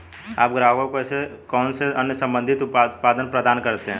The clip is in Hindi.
आप ग्राहकों को कौन से अन्य संबंधित उत्पाद प्रदान करते हैं?